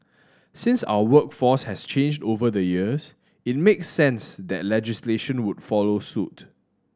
since our workforce has changed over the years it makes sense that legislation would follow suit